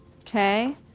Okay